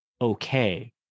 okay